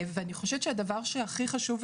אני חושבת שהדבר שהכי חשוב,